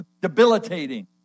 debilitating